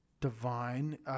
divine